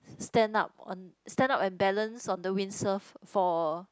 stand up on stand up and balance on the windsurf for